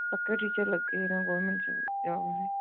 ਪੱਕੇ ਟੀਚਰ ਲੱਗੇ ਨਾ ਗੌਰਮੈਂਟ ਜੋਬ ਵਾਲੇ